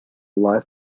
live